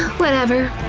whatever.